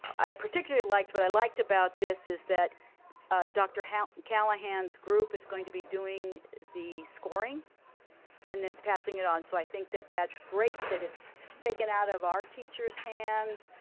i particularly liked, what i liked about this is that dr. callahan's group is going to be doing the scoring and then passing it on. so i think that that's great that it's taken out of our teachers' hands.